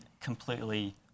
completely